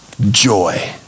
Joy